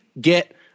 get